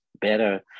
better